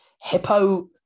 Hippo